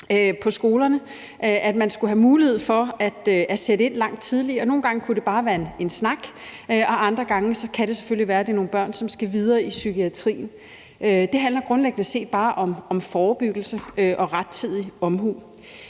på skolerne, og at man skulle have mulighed for at sætte ind langt tidligere. Nogle gange kan det bare være med en snak, og andre gange kan det selvfølgelig være, at det er nogle børn, som skal videre til psykiatrien. Det handler grundlæggende bare om forebyggelse og rettidig omhu.